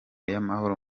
y’amahoro